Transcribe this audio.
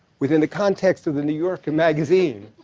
within the context of the new yorker magazine.